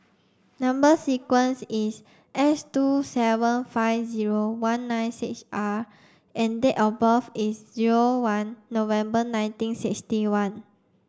number sequence is S two seven five zero one nine six R and date of birth is zero one November nineteen sixty one